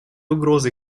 угроза